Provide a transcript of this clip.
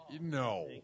no